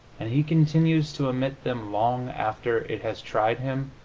and he continues to emit them long after it has tried him,